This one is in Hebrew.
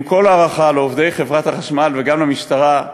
עם כל ההערכה לעובדי חברת החשמל וגם למשטרה,